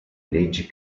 leggi